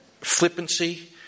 flippancy